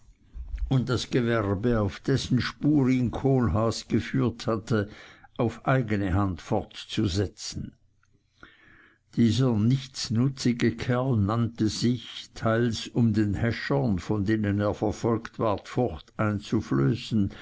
und das gewerbe auf dessen spur ihn kohlhaas geführt hatte auf seine eigne hand fortzusetzen dieser nichtsnutzige kerl nannte sich teils um den häschern von denen er verfolgt ward furcht